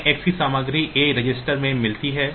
हमें Xकी सामग्री A रजिस्टर में मिलती है